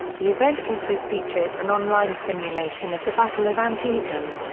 the event also featured an online simulation of the battle of antietam.